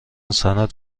سند